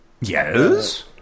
Yes